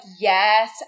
yes